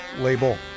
label